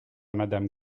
madame